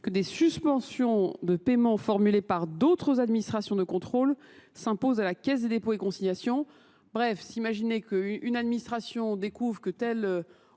que des suspensions de paiements formulés par d'autres administrations de contrôle s'imposent à la caisse des dépôts et consignations. Bref, s'imaginer qu'une administration découvre que telle